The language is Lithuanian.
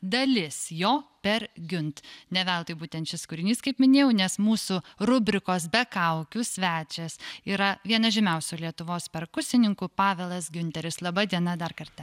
dalis jo per giunt ne veltui būtent šis kūrinys kaip minėjau nes mūsų rubrikos be kaukių svečias yra vienas žymiausių lietuvos perkusininkų pavelas giunteris laba diena dar kartą